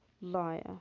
Liar